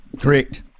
Correct